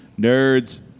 nerds